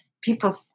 People